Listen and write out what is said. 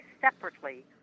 separately